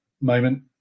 moment